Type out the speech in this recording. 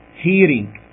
hearing